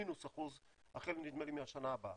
מינוס אחוז החל מהשנה הבאה,